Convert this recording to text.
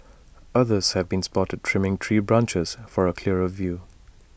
others have been spotted trimming tree branches for A clearer view